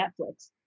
Netflix